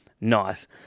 nice